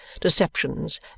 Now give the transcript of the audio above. deceptions